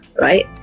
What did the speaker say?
right